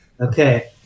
Okay